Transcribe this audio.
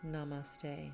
Namaste